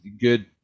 good